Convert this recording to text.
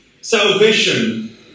salvation